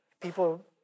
people